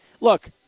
look